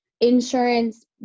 insurance